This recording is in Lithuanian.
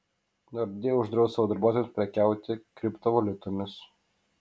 nordea uždraus savo darbuotojams prekiauti kriptovaliutomis